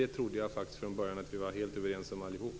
Det trodde jag faktiskt från början att vi var helt överens om allihop.